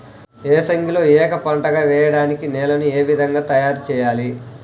ఏసంగిలో ఏక పంటగ వెయడానికి నేలను ఏ విధముగా తయారుచేయాలి?